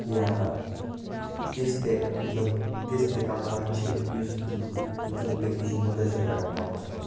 یا تِژھ تہِ مطلب تِژھ تہِ کانٛہہ کَتھ چھِ یُس مطلب بیٚکِس چھِ مُتٲثِر کَران پانَس کُن